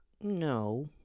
no